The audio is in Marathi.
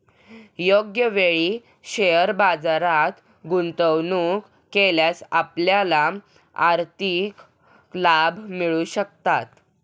योग्य वेळी शेअर बाजारात गुंतवणूक केल्यास आपल्याला आर्थिक लाभ मिळू शकतात